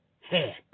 head